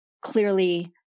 clearly